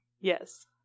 Yes